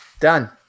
Done